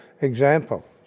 example